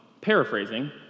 Paraphrasing